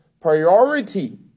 priority